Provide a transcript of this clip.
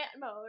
mode